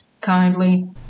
kindly